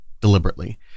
deliberately